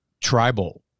tribal